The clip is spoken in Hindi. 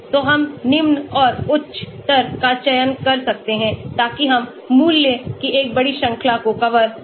तो हम निम्न और उच्चतर का चयन कर सकते हैं ताकि हम मूल्य की एक बड़ी श्रृंखला को कवर कर सकें